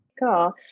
Cool